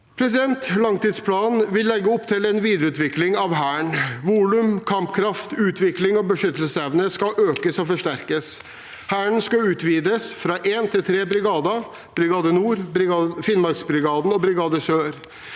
cyberdomenet. Langtidsplanen legger opp til en videreutvikling av Hæren. Volum, kampkraft, utvikling og beskyttelsesevne skal økes og forsterkes. Hæren skal utvides fra én til tre brigader, Brigade Nord, Finnmarksbrigaden og Brigade Sør.